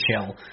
chill